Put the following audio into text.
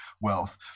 wealth